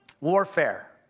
warfare